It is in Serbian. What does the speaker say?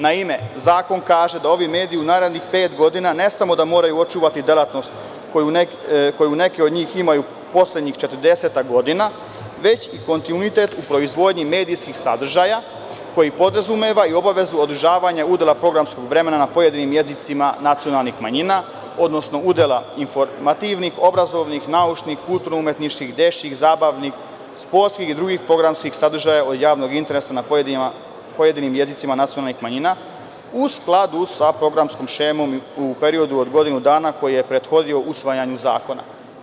Naime, zakon kaže da ovi mediji u narednih pet godina ne samo da moraju očuvati delatnost koju neki od njih imaju poslednjih 40 godina, već i kontinuitet u proizvodnji medijskih sadržaja koji podrazumevaju obavezu održavanja udela programskog vremena na pojedinim jezicima nacionalnih manjina, odnosno udela informativnih, obrazovnih, naučnih, kulturno-umetničkih, dečijih, zabavnih, sportskih i drugih programskih sadržaja od javnog interesa na pojedinim jezicima nacionalnih manjina, u skladu sa programskom šemom u periodu od godinu dana koji je prethodio usvajanju zakona.